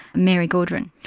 mary gaudron.